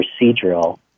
procedural